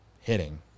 hitting